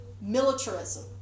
Militarism